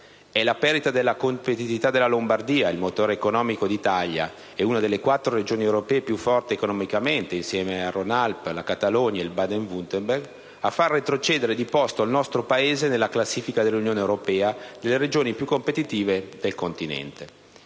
È la perdita di competitività della Lombardia, il motore economico d'Italia e una delle quattro regioni europee più forti economicamente (insieme al Rhône-Alpes, alla Catalogna e al Baden-Württemberg), a far retrocedere di posto il nostro Paese nella classifica UE delle regioni più competitive del continente.